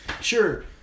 sure